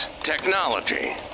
technology